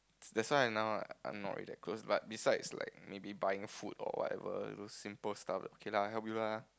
that's why now right I'm not really that close but besides like maybe buying food or whatever those simple stuff okay lah I help you lah